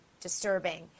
disturbing